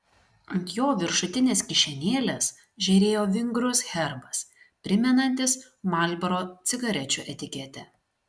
ant jo viršutinės kišenėlės žėrėjo vingrus herbas primenantis marlboro cigarečių etiketę